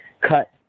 cut